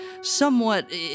somewhat